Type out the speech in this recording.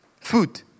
food